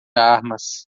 armas